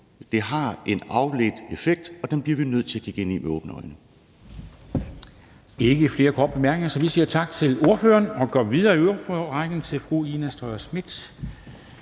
det har en afledt effekt, og at den bliver vi nødt til at kigge ind i med åbne øjne.